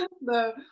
No